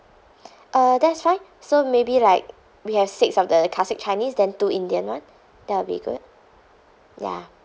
uh that's fine so maybe like we have six of the classic chinese then two indian [one] that'll be good ya